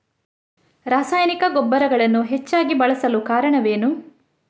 ರಾಸಾಯನಿಕ ಗೊಬ್ಬರಗಳನ್ನು ಹೆಚ್ಚಾಗಿ ಬಳಸಲು ಕಾರಣವೇನು?